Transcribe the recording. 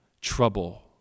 trouble